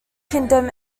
kingdom